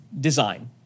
design